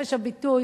בחופש הביטוי,